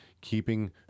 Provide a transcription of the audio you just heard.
keeping